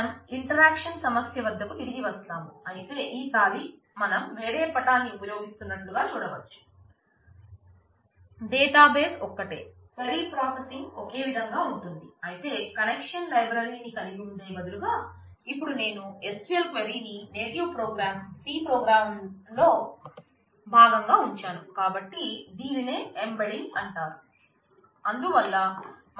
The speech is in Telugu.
మనం ఇంటరాక్షన్ అంటారు